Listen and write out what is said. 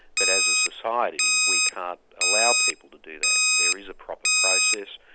but as a society we can't allow people to do that. there is a proper process,